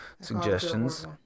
suggestions